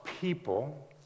people